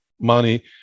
money